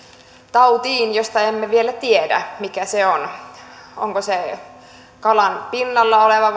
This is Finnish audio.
tautiin josta emme vielä tiedä mikä se on onko kysymyksessä kalan pinnalla oleva